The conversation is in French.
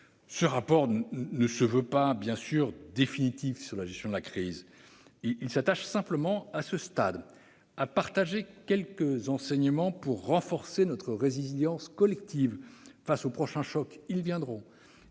ce rapport ne vise pas à dresser un constat définitif sur la gestion de la crise. Il s'attache simplement, à ce stade, à partager quelques enseignements pour renforcer notre résilience collective face aux prochains chocs- ils viendront